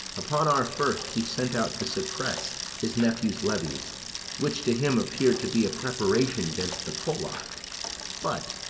upon our first, he sent out to suppress his nephew's levies which to him appear'd to be a preparation gainst the polack but,